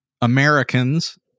Americans